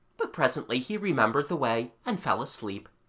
but presently he remembered the way, and fell asleep.